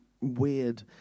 weird